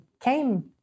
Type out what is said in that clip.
came